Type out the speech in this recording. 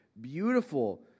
beautiful